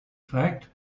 fact